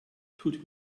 tut